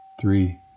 three